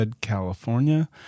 California